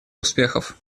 успехов